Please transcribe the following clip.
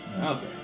Okay